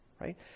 Right